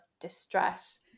distress